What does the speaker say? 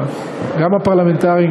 גם הפרלמנטריים,